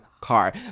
car